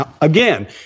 Again